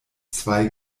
zwei